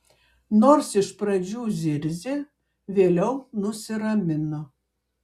nors iš pradžių zirzė vėliau nusiramino